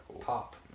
Pop